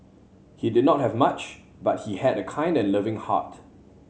he did not have much but he had a kind and loving heart